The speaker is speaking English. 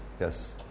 yes